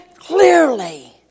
Clearly